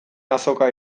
azoka